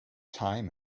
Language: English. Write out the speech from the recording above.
time